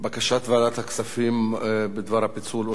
הצעת ועדת הכספים בדבר פיצול הצעת חוק ניירות